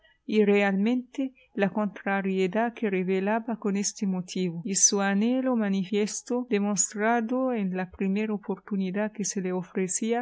y realmente la contrariedad que revelaba con este motivo y su anhelo manifiesto demostrado en la primer oportunidad que se le ofrecía